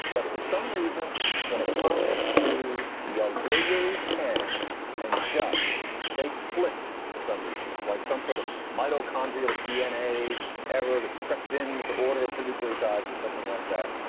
but for some reason when it comes to the auxiliary can and just they flipped. for some reason, it's like some sort of mitochondrial dna error that's crept in with the order of the nucleotides or something like that.